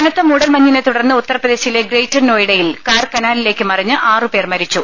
കനത്ത മൂടൽമഞ്ഞിനെ തുടർന്ന് ഉത്തർപ്രദേശിലെ ഗ്രേറ്റർ നോയിഡയിൽ കാർ കനാലിലേക്ക് മറിഞ്ഞ് ആറുപേർ മരിച്ചു